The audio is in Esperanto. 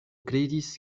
kredis